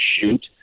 shoot